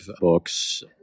books